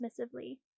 dismissively